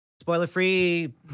Spoiler-free